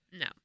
No